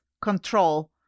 control